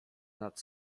nad